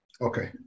Okay